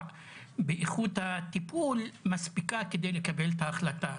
באיכות הטיפול מספיקה כדי לקבל את ההחלטה?